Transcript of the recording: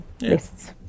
lists